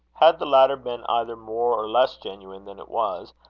had the latter been either more or less genuine than it was,